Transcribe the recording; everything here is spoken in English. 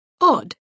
Odd